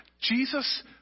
Jesus